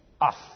Off